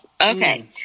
Okay